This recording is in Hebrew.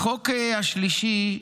החוק השלישי,